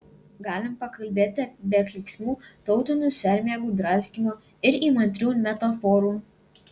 galim pakalbėti be klyksmų tautinių sermėgų draskymo ir įmantrių metaforų